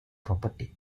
property